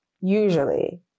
usually